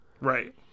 Right